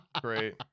Great